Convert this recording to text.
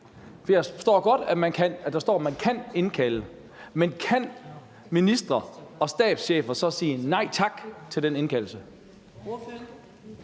Jeg forstår godt, at der står, at man kan indkalde, men kan ministre og stabschefer så sige nej tak til den indkaldelse?